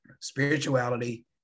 spirituality